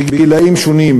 בגילים שונים,